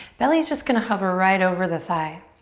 belly's just gonna hover right over the thigh.